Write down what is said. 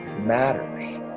matters